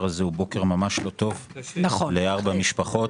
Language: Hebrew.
הזה הוא ממש בוקר לא טוב לארבע משפחות.